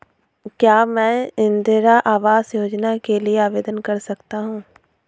क्या मैं इंदिरा आवास योजना के लिए आवेदन कर सकता हूँ?